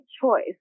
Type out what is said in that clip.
choice